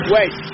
Wait